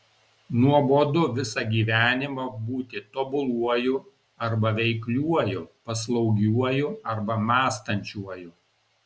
nuobodu visą gyvenimą būti tobuluoju arba veikliuoju paslaugiuoju arba mąstančiuoju